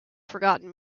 forgotten